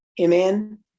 Amen